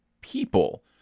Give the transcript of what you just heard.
people